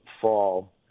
fall